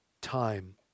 time